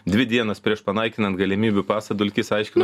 dvi dienas prieš panaikinant galimybių pasą dulkys aiškino